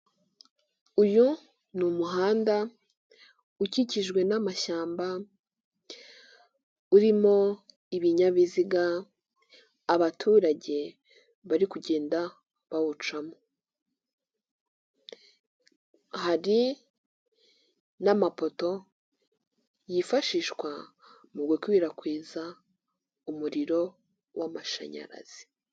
Uyu ni umuhanda ukikijwe n'amashyamba, urimo ibinyabiziga abaturage bari kugenda bawucamo. Hari n'amapoto yifashishwa mu gukwirakwiza umuriro w'amashanyarazi.